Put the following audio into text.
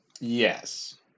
Yes